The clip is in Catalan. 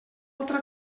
altra